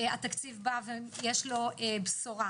התקציב בא ויש לו בשורה.